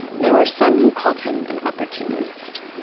there were some who called him an opportunist.